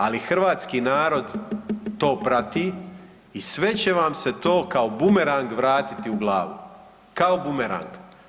Ali hrvatski narod to prati i sve će vam se to kao bumerang vratiti u glavu, kao bumerang.